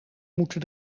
moeten